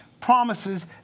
promises